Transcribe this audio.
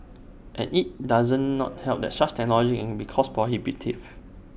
and IT does not help that such technology can be cost prohibitive